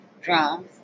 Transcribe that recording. drums